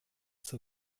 zur